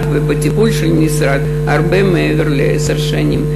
ולטיפול של המשרד הרבה מעבר לעשר שנים.